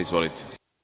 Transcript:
Izvolite.